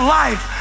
life